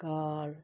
ਕਾਲ